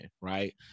right